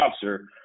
officer